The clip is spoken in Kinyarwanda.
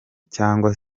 cyangwa